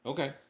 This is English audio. Okay